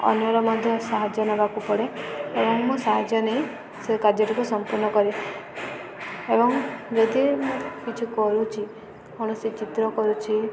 ଅନ୍ୟର ମଧ୍ୟ ସାହାଯ୍ୟ ନେବାକୁ ପଡ଼େ ଏବଂ ମୁଁ ସାହାଯ୍ୟ ନେଇ ସେ କାର୍ଯ୍ୟଟିକୁ ସମ୍ପୂର୍ଣ୍ଣ କରେ ଏବଂ ଯଦି ମୁଁ କିଛି କରୁଚି କୌଣସି ଚିତ୍ର କରୁଛି